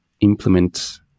implement